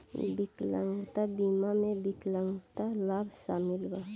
विकलांगता बीमा में विकलांगता लाभ शामिल बा